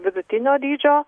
vidutinio dydžio